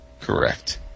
Correct